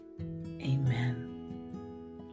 Amen